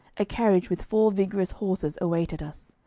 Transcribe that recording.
a carriage with four vigorous horses awaited us.